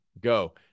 go